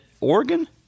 Oregon